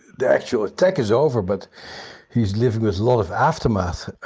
the actual attack is over, but he's living with a lot of aftermath.